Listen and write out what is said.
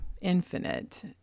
infinite